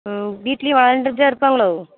வீட்லேயும் விளாண்டுகிட்டே இருப்பாங்களோ